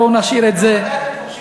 בואו נשאיר את זה,